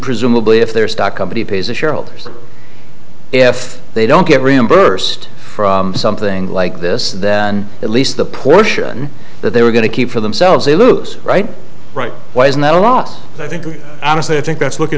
presumably if their stock company pays the shareholders if they don't get reimbursed for something like this then at least the portion that they were going to keep for themselves they loose right right why isn't that a loss i think honestly i think that's looking